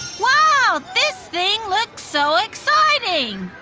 wow. this thing looks so exciting.